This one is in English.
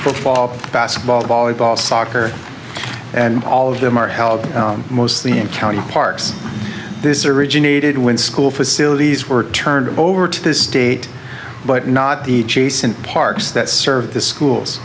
football basketball volleyball soccer and all of them are held mostly in county parks this originated when school facilities were turned over to this state but not the parks that serve the schools